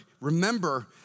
remember